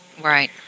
Right